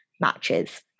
matches